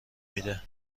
میده